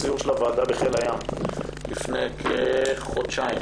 הוועדה סיירה בחיל הים לפני כחודשיים